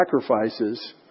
sacrifices